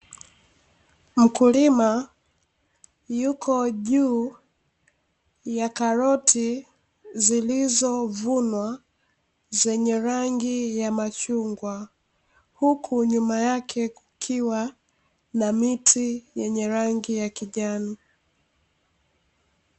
Mkulima yuko juu ya karoti zilizovunwa, zenye rangi ya machungwa. Huku nyuma yake kukiwa na miti yenye rangi ya kijani.